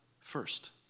first